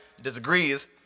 disagrees